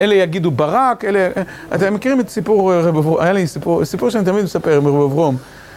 אלה יגידו ברק, אלה... אתם מכירים את סיפור... היה לי סיפור, סיפור שאני תמיד מספר מרוברום.